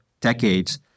decades